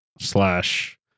slash